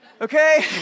Okay